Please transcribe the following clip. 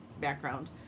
background